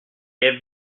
est